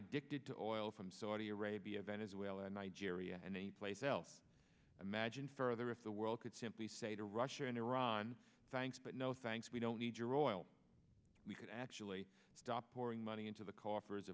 addicted to oil from saudi arabia venezuela nigeria and any place else imagine further if the world could simply say to russia and iran thanks but no thanks we don't need your oil we could actually stop pouring money into the coffers